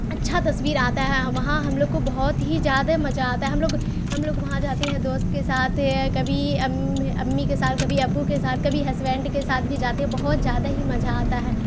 اچھا تصویر آتا ہے وہاں ہم لوگ کو بہت ہی زیادہ مزہ آتا ہے ہم لوگ ہم لوگ وہاں جاتے ہیں دوست کے ساتھ کبھی امی کے ساتھ کبھی ابو کے ساتھ کبھی ہسبینڈ کے ساتھ بھی جاتے ہیں بہت زیادہ ہی مزہ آتا ہے